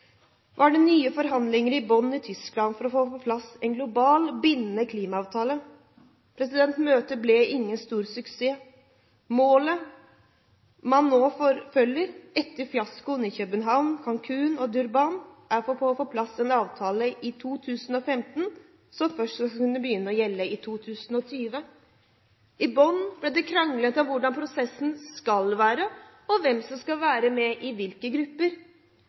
var det i slutten av mai nye forhandlinger i Bonn i Tyskland for å få på plass en global bindende klimaavtale. Møtet ble ingen stor suksess. Målet man nå forfølger, etter fiaskoen i København, Cancun og Durban, er å få på plass en avtale i 2015, som først skal begynne å gjelde i 2020. I Bonn ble det kranglet om hvordan prosessen skal være og hvem som skal være med i hvilke grupper.